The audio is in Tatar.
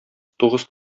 тугыз